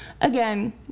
again